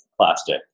plastic